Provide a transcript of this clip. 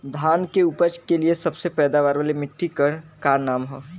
धान की उपज के लिए सबसे पैदावार वाली मिट्टी क का नाम ह?